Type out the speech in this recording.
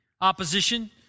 opposition